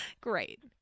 great